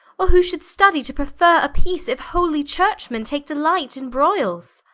or who should study to preferre a peace, if holy church-men take delight in broyles?